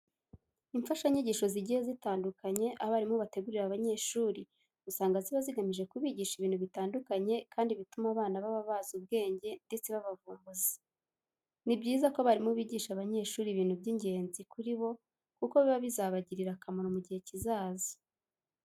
Imfashanyigisho zigiye zitandukanye abarimu bategurira abanyeshuri usanga ziba zigamije kubigisha ibintu bitandukanye kandi bituma baba abana bazi ubwenge ndetse b'abavumbuzi. Ni byiza ko abarimu bigisha abanyeshuri ibintu by'ingenzi kuri bo kuko biba bizabagirira akamaro mu gihe kizaza.